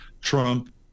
Trump